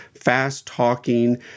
fast-talking